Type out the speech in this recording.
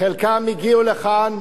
חלקם הגיעו לכאן,